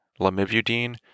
lamivudine